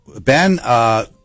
Ben